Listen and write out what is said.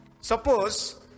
Suppose